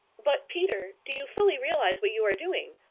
but, peter, do you fully realize what you are doing?